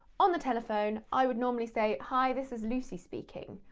on the telephone i would normally say, hi, this is lucy speaking,